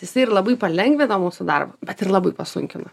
jisai ir labai palengvina mūsų darbą bet ir labai pasunkino